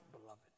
beloved